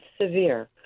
severe